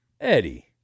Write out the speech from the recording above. Eddie